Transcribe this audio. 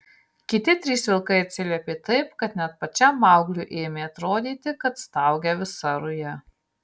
kiti trys vilkai atsiliepė taip kad net pačiam maugliui ėmė atrodyti kad staugia visa ruja